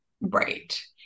right